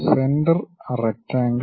centre rectangle